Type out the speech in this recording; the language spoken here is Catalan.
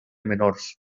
menors